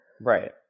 Right